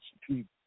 people